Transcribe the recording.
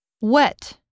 Wet